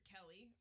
Kelly